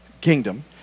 kingdom